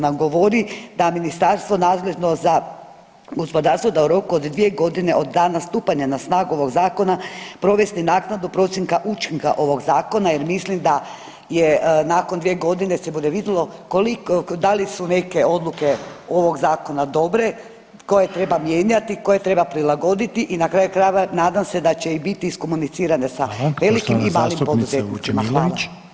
Nam govori da ministarstvo nadležno za gospodarstvo, da u roku od dvije godine od dana stupanja na snagu ovog zakona provesti naknadu procjena učinka ovog zakona jer mislim da je nakon dvije godine se bude vidjelo da li su neke odluke ovog zakona dobre, koje treba mijenjati, koje treba prilagoditi i na kraju krajeva nadam se da će biti i iskomunicirane sa velikim i malim poduzetnicima.